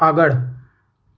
આગળ